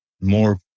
more